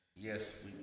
Yes